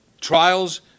Trials